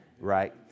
Right